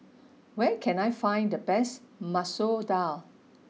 where can I find the best Masoor Dal